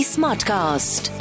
Smartcast